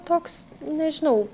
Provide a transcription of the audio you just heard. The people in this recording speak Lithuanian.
toks nežinau